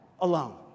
alone